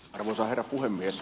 arvoisa herra puhemies